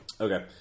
Okay